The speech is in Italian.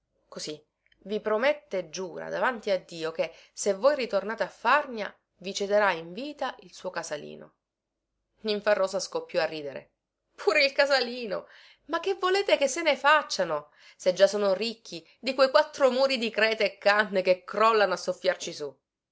così vi promette e giura davanti a dio che se voi ritornate a farnia vi cederà in vita il suo casalino ninfarosa scoppiò a ridere pure il casalino ma che volete che se ne facciano se già sono ricchi di quei quattro muri di creta e canne che crollano a soffiarci su